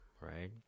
Right